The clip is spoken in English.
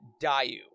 Dayu